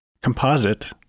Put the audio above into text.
composite